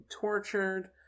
tortured